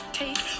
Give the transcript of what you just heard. take